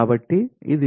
కాబట్టి ఇది మీ